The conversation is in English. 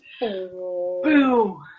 Boo